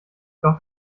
doch